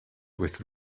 with